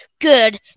good